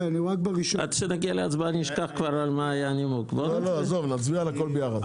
נצביע על הכול יחד.